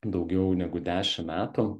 daugiau negu dešim metų